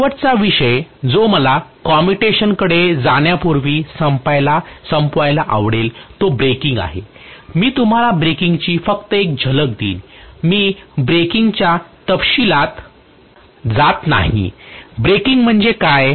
शेवटचा विषय जो मला कॉम्युटेशन कडे जाण्यापूर्वी संपवायला आवडेल तो ब्रेकिंग आहे मी तुम्हाला ब्रेकिंगची फक्त एक झलक देईन मी ब्रेकिंगच्या तपशीलात जात नाही ब्रेकिंग म्हणजे काय